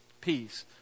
peace